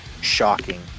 shocking